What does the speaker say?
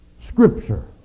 Scripture